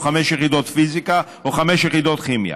חמש יחידות פיזיקה או חמש יחידות כימיה?